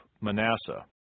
Manasseh